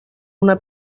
una